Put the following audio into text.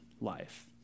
life